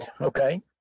okay